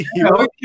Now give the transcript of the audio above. Okay